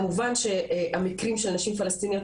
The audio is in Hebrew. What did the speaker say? כמובן שבמקרים של נשים פלשתינאיות